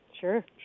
Sure